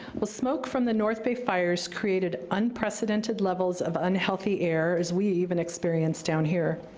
well, smoke from the north bay fires created unprecedented levels of unhealthy air, as we even experienced down here.